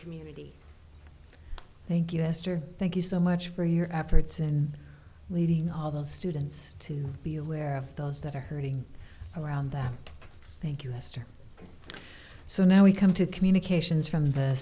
community thank you esther thank you so much for your efforts and leading all those students to be aware of those that are hurting around that thank you mister so now we come to communications from the